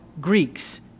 Greeks